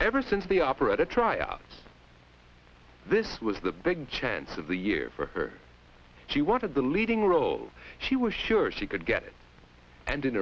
ever since the operetta try outs this was the big chance of the year for her she wanted the leading role she was sure she could get it and in